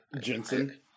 Jensen